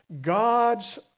God's